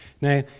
Now